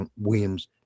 williams